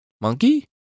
Monkey